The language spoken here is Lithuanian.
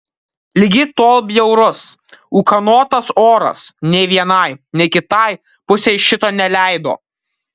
ligi tol bjaurus ūkanotas oras nei vienai nei kitai pusei šito neleido